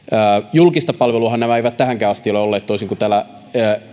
julkista palveluahan nämä eivät tähänkään asti ole olleet toisin kuin täällä osaksi